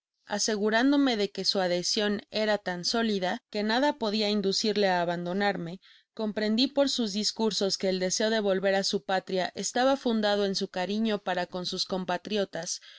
asegurándome de que su adhesion era tan sólida que nada podia inducirle á abandonarme comprendi por sus discursos que el deseo de volver á su patria estaba fundado en su cariño para con sus compatriotas